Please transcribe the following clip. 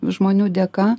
žmonių dėka